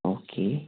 okay